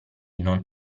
non